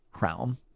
realm